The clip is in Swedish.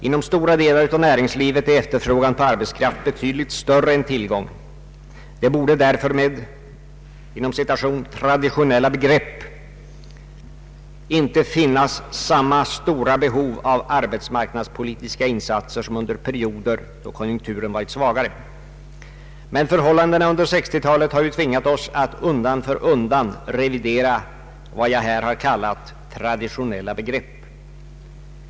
Inom stora delar av näringslivet är efterfrågan på arbetskraft betydligt större än tillgången. Det borde därför enligt ”traditionella begrepp” inte finnas samma stora behov av arbetsmarknadspolitiska insatser som under perioder då konjunkturen varit svagare. Men förhållandena under 1960-talet har ju tvingat oss att undan för undan revidera vad jag här har kallat traditionella begrepp.